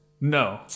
No